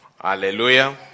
Hallelujah